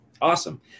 awesome